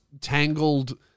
tangled